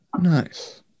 Nice